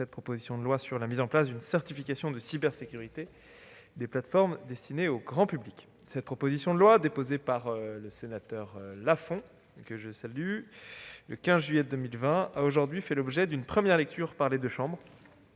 proposition de loi portant sur la mise en place d'une certification de cybersécurité des plateformes destinée au grand public. Cette proposition de loi, déposée par le sénateur Lafon, que je salue, le 15 juillet 2020, a fait l'objet d'une première lecture par les deux chambres,